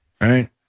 right